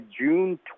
June